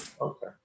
Okay